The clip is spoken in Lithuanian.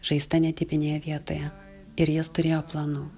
žaizda netipinėje vietoje ir jis turėjo planų